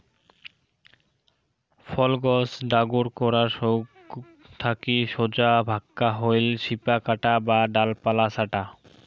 ফল গছ ডাগর করার সৌগ থাকি সোজা ভাক্কা হইল শিপা কাটা বা ডালপালা ছাঁটা